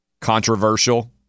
Controversial